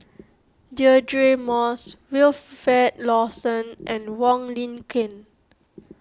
Deirdre Moss Wilfed Lawson and Wong Lin Ken